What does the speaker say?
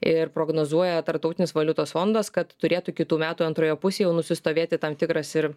ir prognozuoja tarptautinis valiutos fondas kad turėtų kitų metų antroje pusėje nusistovėti tam tikras ir